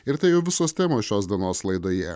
ir tai jau visos temos šios dienos laidoje